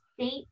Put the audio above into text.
state